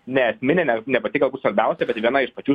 ne esminė ne ne pati galbūt svarbiausia bet viena iš pačių